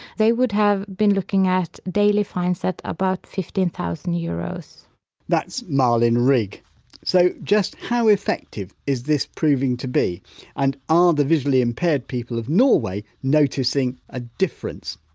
they would have been looking at daily fines of about fifteen thousand euros that's malin rygg so, just how effective is this proving to be and are the visually impaired people of norway noticing a difference?